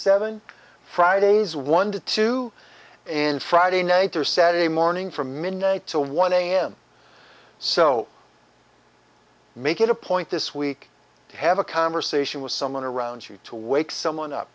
seven fridays one to two and friday night or saturday morning from midnight to one am so make it a point this week to have a conversation with someone around you to wake someone up